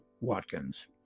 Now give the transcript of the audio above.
Watkins